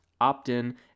opt-in